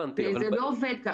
זה לא עוד כך.